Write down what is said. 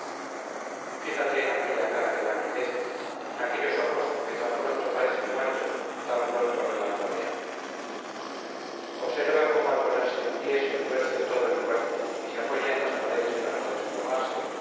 fíjate en aquella cara que languidece en aquellos ojos que tan pronto parecen muertos tan pronto relampaguean observa cómo al ponerse en pie se le tuerce todo el cuerpo y se apoya en las paredes para no desplomarse